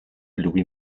lui